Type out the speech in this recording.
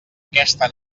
aquesta